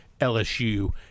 LSU